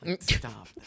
Stop